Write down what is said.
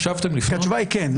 התשובה היא כן,